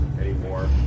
anymore